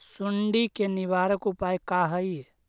सुंडी के निवारक उपाय का हई?